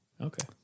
Okay